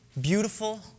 Beautiful